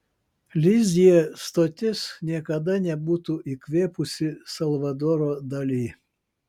lizjė stotis niekada nebūtų įkvėpusi salvadoro dali